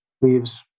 leaves